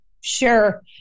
Sure